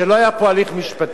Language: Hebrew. לא היה פה הליך משפטי,